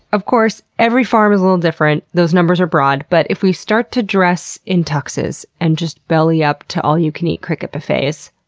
of course, every farm's a little different, those numbers are broad, but if we start to dress in tuxes and just belly up to all-you-can-eat cricket buffets,